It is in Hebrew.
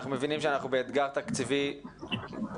אנחנו מבינים שאנחנו באתגר תקציב כפול,